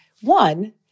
One